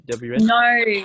no